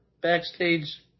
backstage